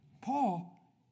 Paul